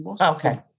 Okay